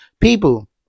people